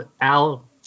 Al